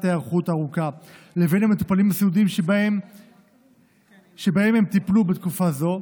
היערכות ארוכה לבין המטופלים הסיעודיים שבהם הם טיפלו בתקופה זו,